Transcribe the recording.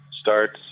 starts